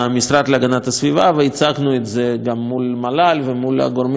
והצגנו את זה גם מול מל"ל ומול הגורמים הרלוונטיים,